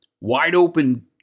wide-open